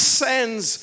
sends